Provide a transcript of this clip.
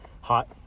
hot